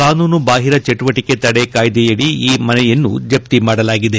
ಕಾನೂನು ಬಾಹಿರ ಚಟುವಟಕೆ ತಡೆ ಕಾಯ್ದೆಯಡಿ ಈ ಮನೆಯನ್ನು ಜಪ್ತಿ ಮಾಡಲಾಗಿದೆ